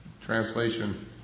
Translation